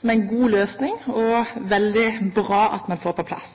som er en god løsning og veldig bra at man får på plass.